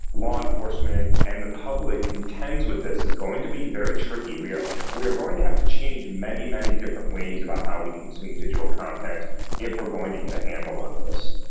law enforcement and the public contends with this is going to be very tricky. we are we are going to have to change many, many different ways about how we consume digital content if we are going to get a handle on this.